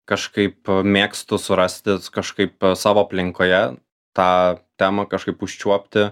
kažkaip mėgstu surasti kažkaip savo aplinkoje tą temą kažkaip užčiuopti